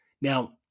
Now